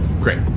Great